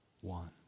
one